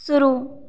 शुरू